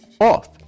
off